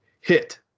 hit